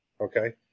okay